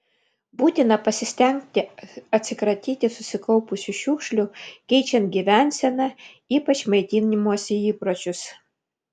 būtina pasistengti atsikratyti susikaupusių šiukšlių keičiant gyvenseną ypač maitinimosi įpročius